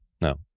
No